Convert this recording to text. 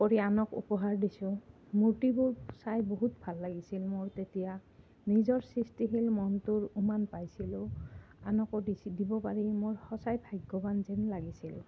কৰি আনক উপহাৰ দিছোঁ মূৰ্তিবোৰ চাই বহুত ভাল লাগিছিল মোৰ তেতিয়া নিজৰ সৃষ্টিশীল মনটোৰ উমান পাইছিলোঁ আনকো দি দিব পাৰি মোৰ সঁচাই ভাগ্যৱান যেন লাগিছিলোঁ